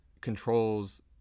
controls